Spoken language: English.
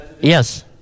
yes